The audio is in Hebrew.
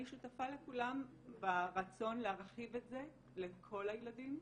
אני שותפה לכולם ברצון להרחיב את זה לכל הילדים